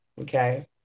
Okay